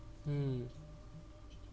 mm